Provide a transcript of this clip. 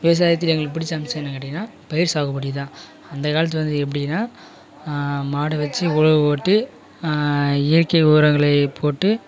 விவசாயத்துக்கு எங்களுக்கு பிடிச்ச அம்சம் என்ன கேட்டீங்கன்னா பயிர் சாகுபடி தான் அந்த காலத்தில் வந்து எப்படின்னா மாடு வச்சி உழவு ஓட்டி இயற்கை உரங்களை போட்டு